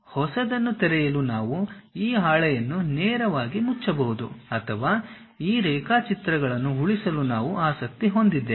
ಈಗ ಹೊಸದನ್ನು ತೆರೆಯಲು ನಾವು ಈ ಹಾಳೆಯನ್ನು ನೇರವಾಗಿ ಮುಚ್ಚಬಹುದು ಅಥವಾ ಈ ರೇಖಾಚಿತ್ರಗಳನ್ನು ಉಳಿಸಲು ನಾವು ಆಸಕ್ತಿ ಹೊಂದಿದ್ದೇವೆ